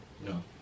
No